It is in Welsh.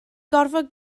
gorfod